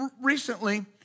recently